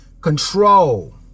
control